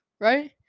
right